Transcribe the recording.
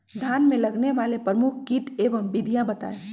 धान में लगने वाले प्रमुख कीट एवं विधियां बताएं?